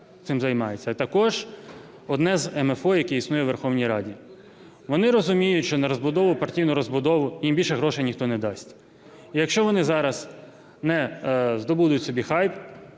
цим займається, а також одне з МФО, яке існує у Верховній Раді. Вони розуміють, що на розбудову, партійну розбудову їм більше грошей ніхто не дасть, і якщо вони зараз не здобудуть собі хайп,